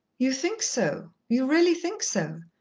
you think so, you really think so?